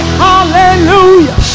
hallelujah